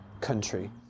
country